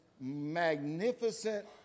magnificent